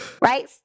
Right